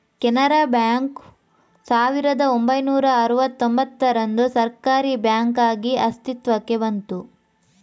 Canara bank ಸಾವಿರದ ಒಂಬೈನೂರ ಅರುವತ್ತೂಂಭತ್ತರಂದು ಸರ್ಕಾರೀ ಬ್ಯಾಂಕಾಗಿ ಅಸ್ತಿತ್ವಕ್ಕೆ ಬಂತು